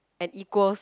and equals